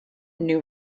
new